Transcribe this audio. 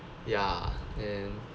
ya and